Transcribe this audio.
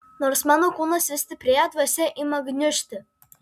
nors mano kūnas vis stiprėja dvasia ima gniužti